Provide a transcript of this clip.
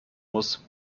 muss